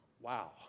Wow